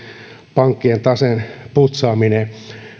pankkien taseen putsaaminen